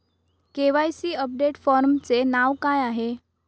KYC update फॉर्मचे नाव काय आहे?